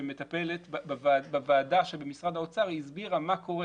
שמטפלת בוועדה שבמשרד האוצר הסבירה מה קורה